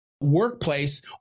workplace